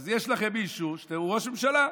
אז יש לכם מישהו שהוא ראש ממשלה,